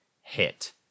hit